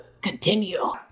Continue